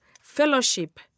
fellowship